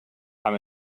amb